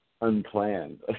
unplanned